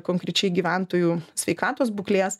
konkrečiai gyventojų sveikatos būklės